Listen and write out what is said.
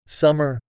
summer